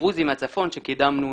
דרוזי מהצפון שקידמנו